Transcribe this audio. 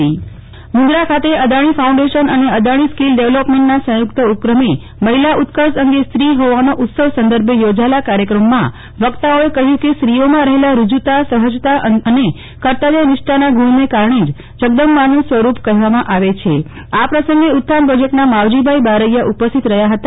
નેહ્લ ઠક્કર મ્ ન્દ્રા અદાણી મુન્દ્રા ખાતે અદાણી ફાઉન્ડેશન અને અદાણી સ્કિલ ડેવલીપમેન્ટનાંસંયુકત ઉપક્રમે મહિલા ઉત્કર્ષ અંગે સ્ત્રી હોવાનો ઉત્સવ સંદર્ભેયોજાયેલાકાર્યક્રમમાં વક્તાઓએ કહ્યું કેસ્ત્રીઓમાં રહેલા ઋજુતા સફજતા અને કર્તવ્યનિષ્ઠાનાં ગુણને કારણે જ જગદમ્બાનું સ્વરૂપ કહેવામાંઆવે છિં આ પ્રસંગે ઉત્થાન પ્રોજેક્ટના માવજીભાઈ બારૈયા ઉપસ્થિતરહ્યા હતા